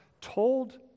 told